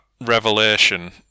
revelation